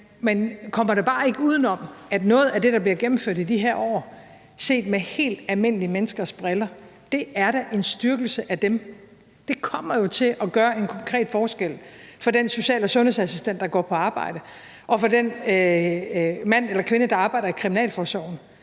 man kommer bare ikke uden om, at noget af det, der bliver gennemført i de her år, set med helt almindelige menneskers briller, da er en styrkelse af dem. Det kommer jo til at gøre en konkret forskel for den social- og sundhedsassistent, der går på arbejde, og for den mand eller kvinde, der arbejder i kriminalforsorgen,